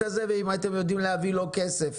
הזה ואם אתם יודעים להביא לו כסף?